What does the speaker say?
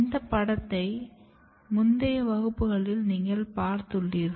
இந்த படத்தை முந்தைய வகுப்பில் நீங்கள் பார்த்துள்ளீர்கள்